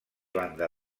banda